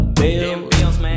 bills